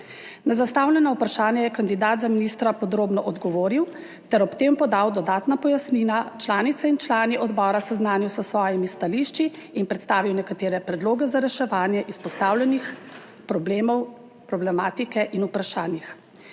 Na zastavljena vprašanja je kandidat za ministra podrobno odgovoril ter ob tem podal dodatna pojasnila. Članice in člani odbora seznanil s svojimi stališči in predstavil nekatere predloge za reševanje izpostavljenih problemov problematike in vprašanjih.